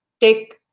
take